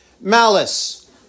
malice